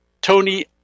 Tony